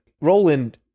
Roland